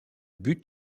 but